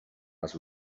les